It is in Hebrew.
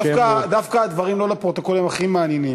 השם דווקא הדברים שלא לפרוטוקול הם הכי מעניינים,